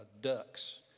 ducks